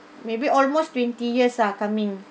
maybe almost twenty years ah coming